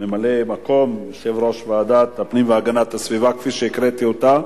ממלא-מקום יושב-ראש ועדת הפנים והגנת הסביבה כפי שהקראתי אותה.